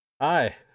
hi